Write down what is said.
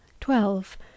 twelve